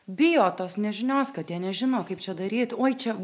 bijo tos nežinios kad jie nežino kaip čia daryt oi čia